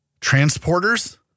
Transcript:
transporters